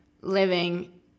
living